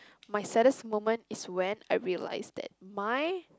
my saddest moment is when I realise that my